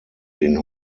den